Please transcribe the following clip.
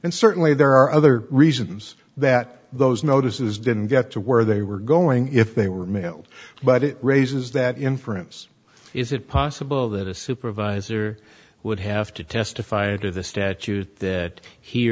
and certainly there are other reasons that those notices didn't get to where they were going if they were mailed but it raises that inference is it possible that a supervisor would have to testify to the statute that he